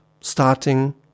starting